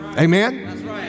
Amen